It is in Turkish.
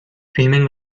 filmin